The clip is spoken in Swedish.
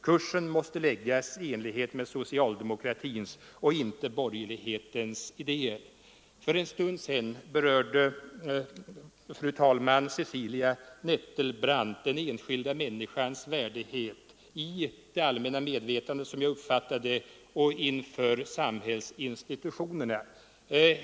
Kursen måste läggas i enlighet med socialdemokratins och inte borgerlighetens idéer. För en stund sedan berörde fru tredje vice talmannen Nettelbrandt den enskilda människans värdighet i det allmänna medvetandet och inför samhällsinstitutionerna.